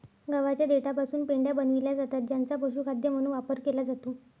गव्हाच्या देठापासून पेंढ्या बनविल्या जातात ज्यांचा पशुखाद्य म्हणून वापर केला जातो